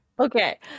Okay